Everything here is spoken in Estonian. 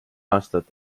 aastat